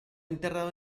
enterrado